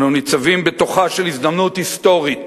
אנו ניצבים בתוכה של הזדמנות היסטורית.